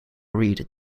read